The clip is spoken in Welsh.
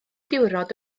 diwrnod